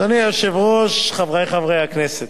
אדוני היושב-ראש, חברי חברי הכנסת,